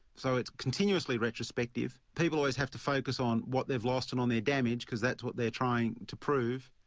so it's continuously retrospective people always have to focus on what they've lost and on their damage, because that's what they're trying to prove.